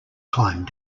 climb